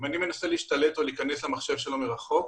ואם אני מנסה להיכנס למחשב שלו מרחוק,